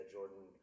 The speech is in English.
Jordan